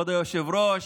כבוד היושב-ראש,